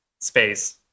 space